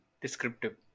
Descriptive